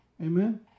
amen